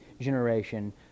generation